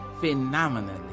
phenomenally